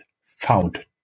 found